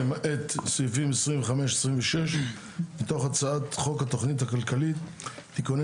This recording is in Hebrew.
למעט סעיפים 26-25 מתוך הצעת חוק התכנית הכלכלית (תיקוני